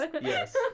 Yes